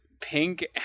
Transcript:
pink